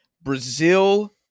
Brazil